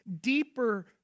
deeper